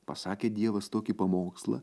pasakė dievas tokį pamokslą